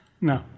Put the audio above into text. No